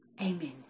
Amen